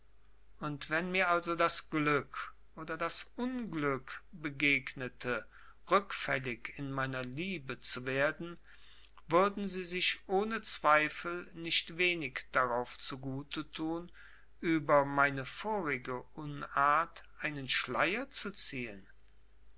und wenn mir also das glück oder das unglück begegnete rückfällig in meiner liebe zu werden würden sie sich ohne zweifel nicht wenig darauf zugute tun über meine vorige unart einen schleier zu ziehen